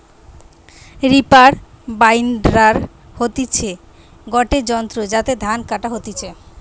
reaper binder হতিছে গটে যন্ত্র যাতে ধান কাটা হতিছে